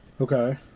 Okay